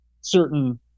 certain